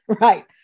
right